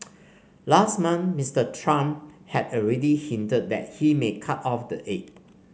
last month Mister Trump had already hinted that he may cut off the aid